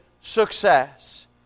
success